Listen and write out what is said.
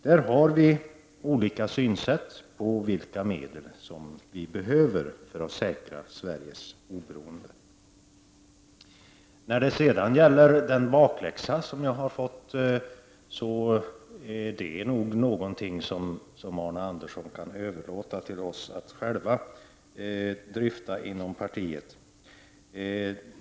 Där har vi olika synsätt på vilka medel vi behöver för att säkra Sveriges oberoende. När det sedan gäller den bakläxa jag skulle ha fått kan nog Arne Andersson i Ljung överlåta åt oss själva att dryfta den saken inom partiet.